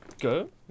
Good